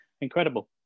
incredible